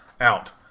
out